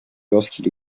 lorsqu’il